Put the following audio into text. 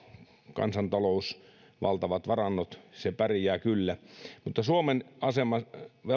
kansantalous valtavat varannot se pärjää kyllä mutta suomen asema